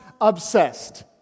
obsessed